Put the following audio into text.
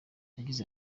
yagize